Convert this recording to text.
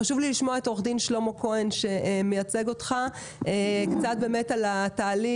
חשוב לי לשמוע את עורך דין שלמה כהן שמייצג אותך לגבי התהליך,